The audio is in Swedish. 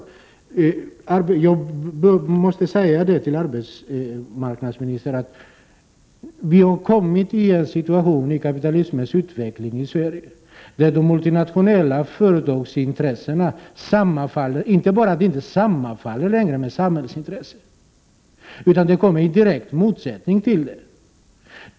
Jag måste säga till arbetsmarknadsministern, att vi i Sverige har kommit i en situation i kapitalismens utveckling där de multinationella företagsintressena inte längre sammanfaller med samhällsintresset, utan kommer i direkt motsättning till det.